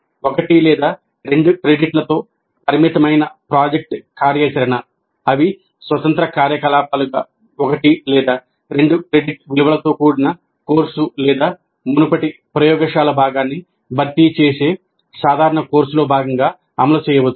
ఒకటి లేదా రెండు క్రెడిట్లతో పరిమితమైన ప్రాజెక్ట్ కార్యాచరణ అవి స్వతంత్ర కార్యకలాపాలుగా ఒకటి లేదా రెండు క్రెడిట్ విలువలతో కూడిన కోర్సు లేదా మునుపటి ప్రయోగశాల భాగాన్ని భర్తీ చేసే సాధారణ కోర్సులో భాగంగా అమలు చేయవచ్చు